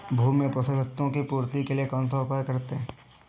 भूमि में पोषक तत्वों की पूर्ति के लिए कौनसा उपाय करते हैं?